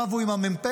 רבו עם המ"פ,